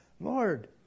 Lord